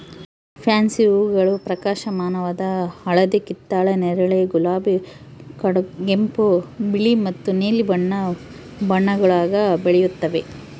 fancy ಹೂಗಳು ಪ್ರಕಾಶಮಾನವಾದ ಹಳದಿ ಕಿತ್ತಳೆ ನೇರಳೆ ಗುಲಾಬಿ ಕಡುಗೆಂಪು ಬಿಳಿ ಮತ್ತು ನೀಲಿ ಬಣ್ಣ ಬಣ್ಣಗುಳಾಗ ಬೆಳೆಯುತ್ತವೆ